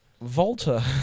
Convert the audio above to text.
Volta